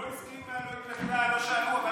לא, לא הסכימה, לא התנגדה, לא שאלו.